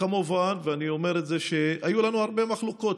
כמובן, ואני אומר את זה, היו לנו הרבה מחלוקות,